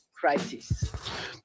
crisis